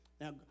Now